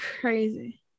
crazy